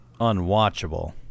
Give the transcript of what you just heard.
unwatchable